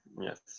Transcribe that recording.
Yes